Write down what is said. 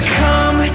come